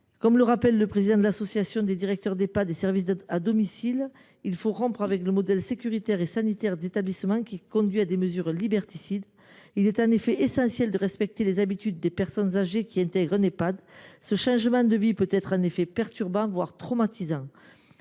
Comme le rappelle le président de l’association des directeurs d’Ehpad et services d’aide à domicile, il faut rompre avec le modèle sécuritaire et sanitaire d’établissement, qui conduit à des mesures liberticides. Il est un effet essentiel de respecter les habitudes des personnes âgées qui intègrent un Ehpad. Un tel changement de vie peut être perturbant, voire traumatisant.